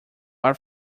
are